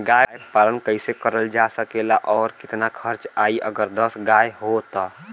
गाय पालन कइसे करल जा सकेला और कितना खर्च आई अगर दस गाय हो त?